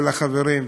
ולחברים,